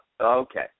Okay